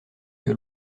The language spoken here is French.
que